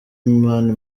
mani